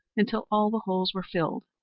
until all the holes were filled,